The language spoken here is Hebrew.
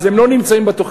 אז הם לא נמצאים בתוכניות.